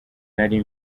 nari